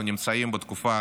אנחנו נמצאים בתקופה